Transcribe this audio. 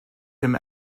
him